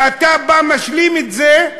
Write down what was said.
ואתה בא, משלים את זה,